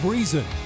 Reason